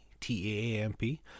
T-A-A-M-P